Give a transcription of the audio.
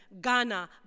Ghana